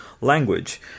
language